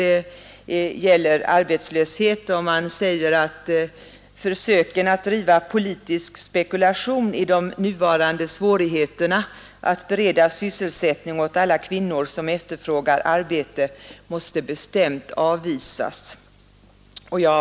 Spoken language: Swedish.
Detta konstaterande skall givetvis inte tolkas så att kvinnornas situation på arbetsmarknaden inte påfordrar speciell uppmärksamhet — det har den gjort tidigare, och det gör den i dag. De traditionella hindren för kvinnorna att hävda sig på arbetsmarknaden är långt ifrån övervunna.